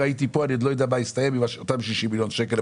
ואני לא יודע מה הסתיים בוועדת הבריאות.